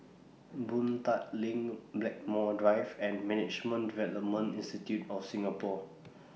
Boon Tat LINK Blackmore Drive and Management Development Institute of Singapore